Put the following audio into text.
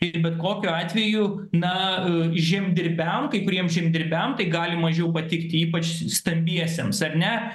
ir bet kokiu atveju na žemdirbiam kai kuriem žemdirbiam tai gali mažiau patikti ypač stambiesiems ar ne